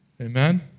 amen